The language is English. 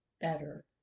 better